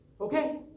Okay